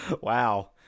Wow